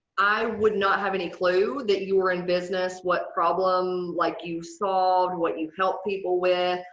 i would not have any clue that you were in business, what problem like you solved, what you help people with,